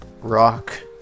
Rock